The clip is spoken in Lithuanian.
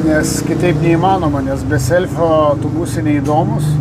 nes kitaip neįmanoma nes be selfio tu būsi neįdomus